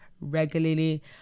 regularly